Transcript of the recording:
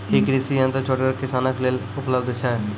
ई कृषि यंत्र छोटगर किसानक लेल उपलव्ध छै?